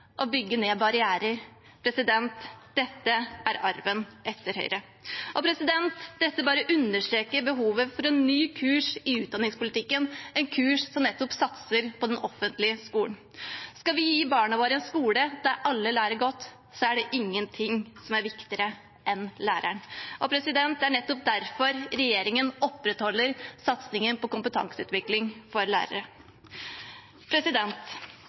bygge ned barrierer. Dette er arven etter Høyre. Dette bare understreker behovet for en ny kurs i utdanningspolitikken, en kurs som nettopp satser på den offentlige skolen. Skal vi gi barna våre en skole der alle lærer godt, er det ingenting som er viktigere enn læreren. Det er nettopp derfor regjeringen opprettholder satsingen på kompetanseutvikling for lærere.